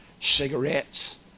cigarettes